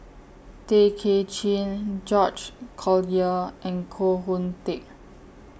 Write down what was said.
Tay Kay Chin George Collyer and Koh Hoon Teck